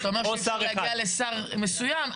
אבל אתה אומר שאי אפשר להגיע לשר מסוים,